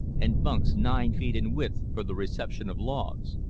and bunks nine feet in width for the reception of logs.